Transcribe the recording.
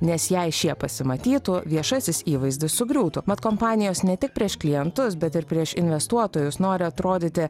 nes jei šie pasimatytų viešasis įvaizdis sugriūtų mat kompanijos ne tik prieš klientus bet ir prieš investuotojus nori atrodyti